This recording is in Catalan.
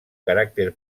caràcter